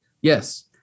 Yes